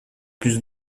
plus